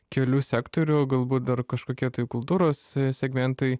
kelių sektorių galbūt dar kažkokie tai kultūros segmentai